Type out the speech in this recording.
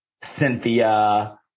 cynthia